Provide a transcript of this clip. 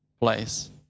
place